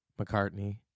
McCartney